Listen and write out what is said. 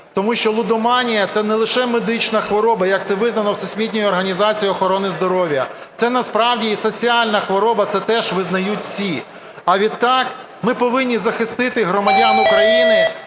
Тому що лудоманія – це не лише медична хвороба, як це визнано Всесвітньою організацією охорони здоров'я, це насправді і соціальна хвороба, це теж визнають всі. А відтак ми повинні захистити громадян України